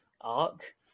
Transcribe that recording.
arc